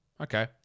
Okay